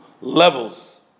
levels